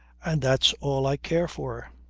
and that's all i care for.